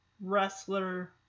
wrestler